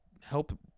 help